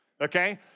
okay